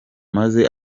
maze